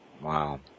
Wow